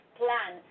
plan